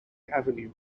avenue